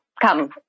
Come